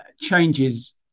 changes